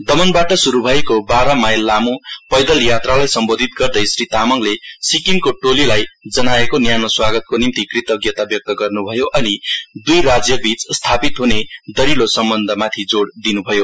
दमनबाट सुरु भएको बाह्र माईल लामो पैदल यात्रालाई सम्बोधित गर्दै श्री तामाङले सिक्किमको टोलीलाई जनाइएको न्यानो स्वागतको निम्ति कृतज्ञता व्यक्त गर्नुभयो अनि दुई राज्यबीच स्थापित दह्विलो सम्बन्धमाथि जोड़ दिनुभयो